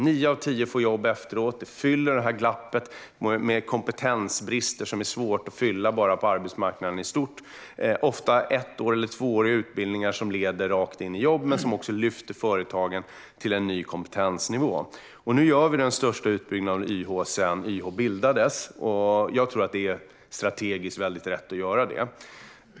Nio av tio får jobb efteråt, och det fyller glappet bestående av kompetensbrist som är svårt att fylla på arbetsmarknaden i stort. Detta är ofta ett eller tvååriga utbildningar som leder rakt in i jobb men som också lyfter företagen till en ny kompetensnivå. Nu gör vi den största utbyggnaden av YH sedan den bildades, och jag tror att det är strategiskt rätt att göra det.